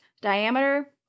diameter